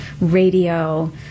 radio